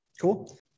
Cool